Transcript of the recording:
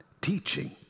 teaching